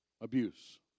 abuse